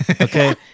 Okay